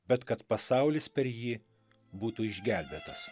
bet kad pasaulis per jį būtų išgelbėtas